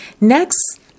next